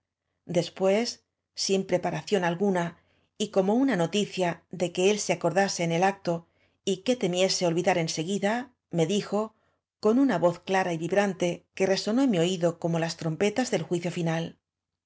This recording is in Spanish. después sin preparación aiguna y como una noticia de que él se acordase en el acto y que temiese olvidar en seguida me dijo con una voz clara y vibrante que resonó en m i oído como as trompetas del juicio onal